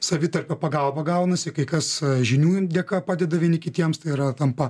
savitarpio pagalba gaunasi kai kas žinių dėka padeda vieni kitiems tai yra tampa